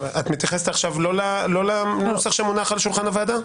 את לא מתייחסת עכשיו לנוסח שמונח על שולחן הוועדה.